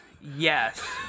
Yes